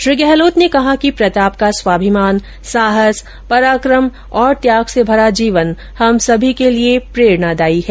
श्री गहलोत ने कहा कि प्रताप का स्वाभिमान साहस पराक्रम और त्याग से भेरा जीवन हम सभी के लिए प्रेरणादायी है